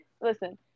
Listen